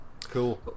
cool